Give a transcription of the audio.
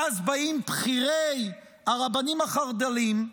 ואז באים בכירי הרבנים החרד"ליים,